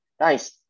Nice